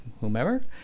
whomever